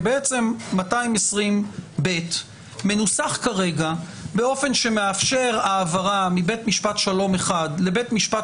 כי 220ב מנוסח כרגע באופן שמאפשר העברה מבית משפט שלום אחד לבית משפט